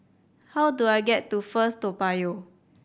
how do I get to First Toa Payoh